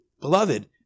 beloved